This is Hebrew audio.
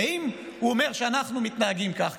הרי אם הוא אומר שאנחנו מתנהגים כך,